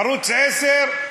ערוץ 10,